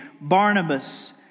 Barnabas